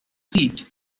seat